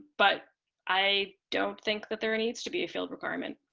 but i don't think that there needs to be a field requirement.